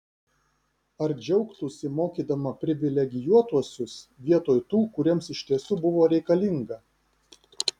ar džiaugtųsi mokydama privilegijuotuosius vietoj tų kuriems iš tiesų buvo reikalinga